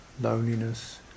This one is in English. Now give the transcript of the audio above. loneliness